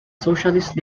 socialist